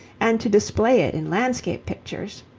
and to display it in landscape pictures.